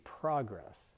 progress